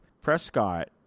Prescott